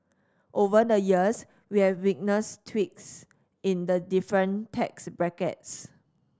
over the years we have witnessed tweaks in the different tax brackets